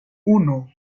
uno